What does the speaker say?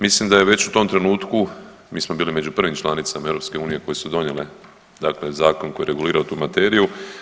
Mislim da je već u tom trenutku, mi smo bili među prvim članicama EU koje su donijele, dakle zakon koji je regulirao tu materiju.